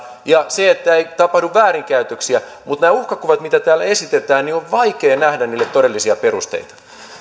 ja siitä että ei tapahdu väärinkäytöksiä mutta näille uhkakuville mitä täällä esitetään on vaikea nähdä todellisia perusteita